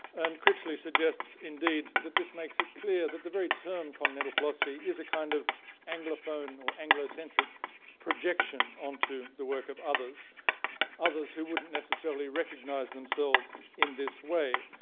and critchley suggest indeed, that this makes it clear that very term continental philosophy is a kind of anglophone or anglocentric projection onto the work of others others who wouldn't necessarily recognize themselves in this way.